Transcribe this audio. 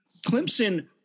Clemson